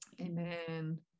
amen